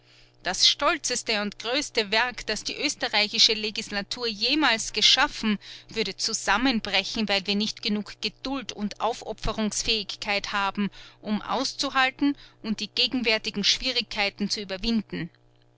das stolzeste und größte werk das die österreichische legislatur jemals geschaffen würde zusammenbrechen weil wir nicht genug geduld und aufopferungsfähigkeit haben um auszuhalten und die gegenwärtigen schwierigkeiten zu überwinden